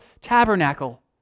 tabernacle